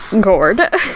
Gourd